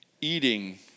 eating